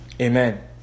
amen